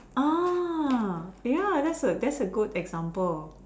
uh ya that's a that's a good example